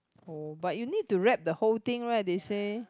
oh but you need to wrap the whole thing right they say